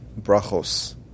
Brachos